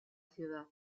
ciudad